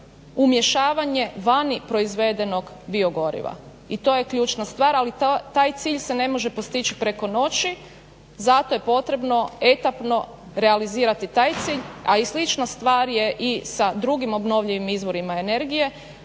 umješavanje vani proizvedenog biogoriva. I to je ključna stvar. Ali taj cilj se ne može postić preko noći. Zato je potrebno etapno realizirati taj cilj, a i slična stvar je i sa drugim obnovljivim izvorima energije